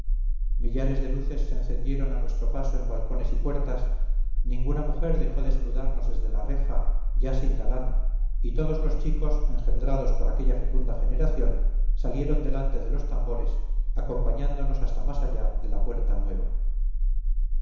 millares de luces se encendieron a nuestro paso en balcones y puertas ninguna mujer dejó de saludarnos desde la reja ya sin galán y todoslos chicos engendrados por aquella fecunda generación salieron delante de los tambores acompañándonos hasta más allá de la puerta nueva